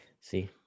see